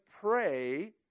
pray